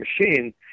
machine